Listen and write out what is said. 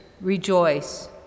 rejoice